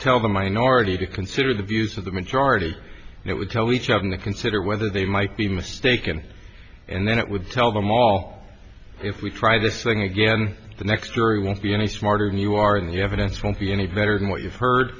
tell the minority to consider the views of the majority and it would tell each of them to consider whether they might be mistaken and then it would tell them all if we try this one again the next jury won't be any smarter than you are in the evidence won't be any better than what you've h